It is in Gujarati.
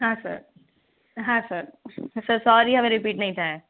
હા સર હા સર સર સોરી હવે રીપિટ નહીં થાય